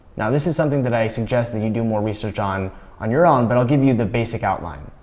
now this is something that i suggest that you do more research on on your own, but i'll give you the basic outline.